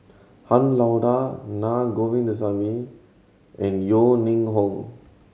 Han Lao Da Naa Govindasamy and Yeo Ning Hong